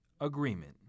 agreement